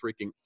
freaking